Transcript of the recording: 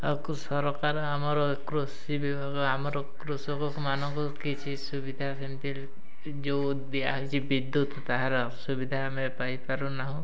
ଆଉ ସରକାର ଆମର କୃଷି ବିଭାଗ ଆମର କୃଷକମାନଙ୍କୁ କିଛି ସୁବିଧା ସେମିତି ଯୋଉ ଦିଆହେଉଛି ବିଦ୍ୟୁତ ତାହାର ସୁବିଧା ଆମେ ପାଇପାରୁନାହୁଁ